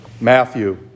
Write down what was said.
Matthew